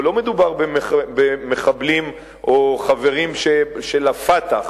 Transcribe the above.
פה לא מדובר במחבלים או חברים של ה"פתח",